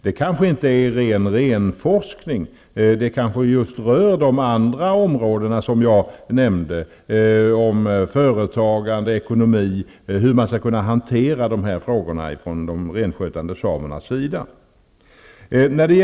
Det är kanske inte en renodlad renforskning som behövs utan kanske en forskning som rör de andra områden jag nämnde -- företagande, ekonomi, hur de här frågorna skall kunna hanteras från de renskötande samernas sida.